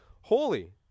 holy